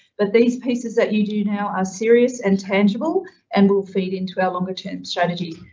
but these pieces that you do now are serious and tangible and will feed into our longer term strategy.